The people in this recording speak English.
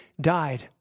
died